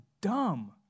dumb